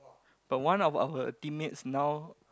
but one of our teammates now